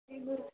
ಐನೂರು